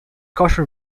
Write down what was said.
kosher